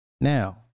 Now